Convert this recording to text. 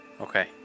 Okay